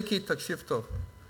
מיקי, תקשיב טוב,